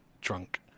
drunk